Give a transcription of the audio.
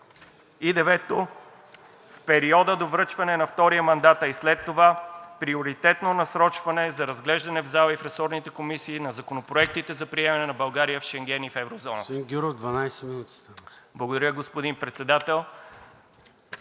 Девето, в периода до връчване на втория мандат, а и след това, приоритетно насрочване за разглеждане в зала и в ресорните комисии на законопроектите за приемане на България в Шенген и в еврозоната.